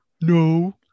no